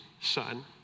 son